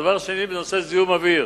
דבר שני, בנושא זיהום האוויר,